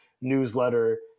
newsletter